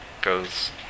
goes